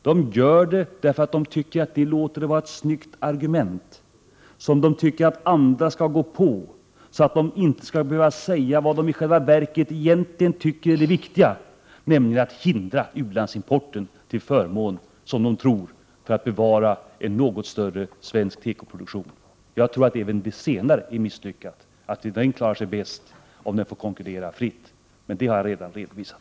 De gör det därför att de tycker att det låter som ett snyggt argument, som de vill att andra skall gå på, så att de inte skall behöva säga vad de i själva verket egentligen tycker är det viktiga, nämligen att hindra u-landsimporten till förmån, som de tror, för en något större svensk tekoproduktion. Jag tror att denna industri klarar sig bäst om den får konkurrera fritt, men det har jag redan redovisat.